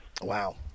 Wow